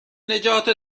نجات